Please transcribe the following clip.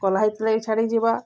କଲା ହେଇଥିଲେ ବି ଛାଡ଼ିଯିବା